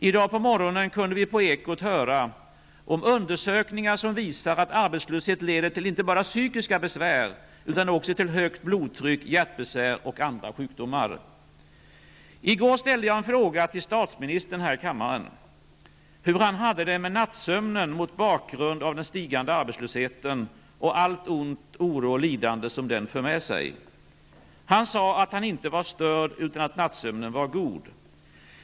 I dag på morgonen kunde vi på Ekot höra om undersökningar som visar att arbetslöshet leder inte bara till psykiska besvär utan också till högt blodtryck, hjärtbesvär och andra sjukdomar. I går ställde jag en fråga till statsministern här i kammaren, om hur han hade det med nattsömnen mot bakgrund av den stigande arbetslösheten och allt ont, oro, och lidande som den för med sig. Han sade att han inte var störd utan att nattsömnen var god.